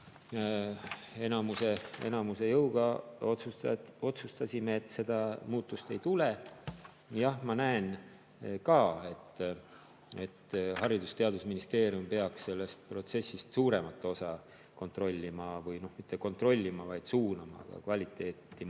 enamuse jõuga otsustasime, et seda muutust ei tule. Jah, ma näen ka, et Haridus- ja Teadusministeerium peaks sellest protsessist senisest suuremat osa kontrollima, või noh, mitte kontrollima, vaid suunama kvaliteedi huvides